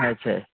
ଆଚ୍ଛା